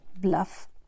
bluff